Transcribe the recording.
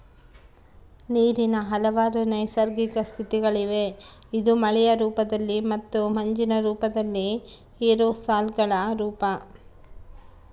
ನೀರಿನ ಹಲವಾರು ನೈಸರ್ಗಿಕ ಸ್ಥಿತಿಗಳಿವೆ ಇದು ಮಳೆಯ ರೂಪದಲ್ಲಿ ಮತ್ತು ಮಂಜಿನ ರೂಪದಲ್ಲಿ ಏರೋಸಾಲ್ಗಳ ರೂಪ